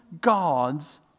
God's